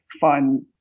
fun